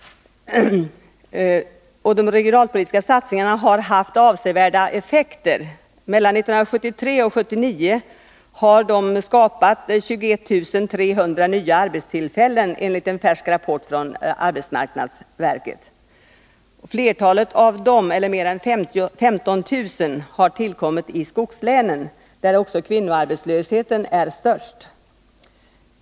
De regionalpolitiska satsningarna har haft avsevärda effekter. Mellan 1973 och 1979 har de skapat 21 300 nya arbetstillfällen enligt en färsk rapport från arbetsmarknadsverket. Flertalet av dem — eller mer än 15 000 — har tillkommit i skogslänen, där också kvinnoarbetslösheten är störst.